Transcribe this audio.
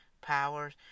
powers